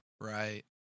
Right